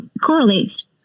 correlates